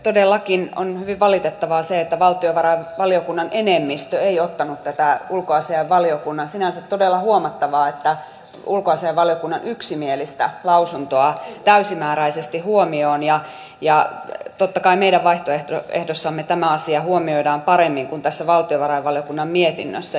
todellakin on hyvin valitettavaa se että valtiovarainvaliokunnan enemmistö ei ottanut tätä ulkoasiainvaliokunnan lausuntoa sinänsä todella huomattavaa että ulkoasiainvaliokunnan yksimielistä lausuntoa täysimääräisesti huomioon ja totta kai meidän vaihtoehdossamme tämä asia huomioidaan paremmin kuin tässä valtiovarainvaliokunnan mietinnössä